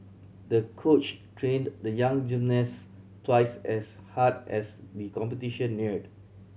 the coach trained the young gymnast twice as hard as the competition neared